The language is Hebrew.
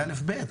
זה א'-ב'.